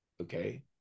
okay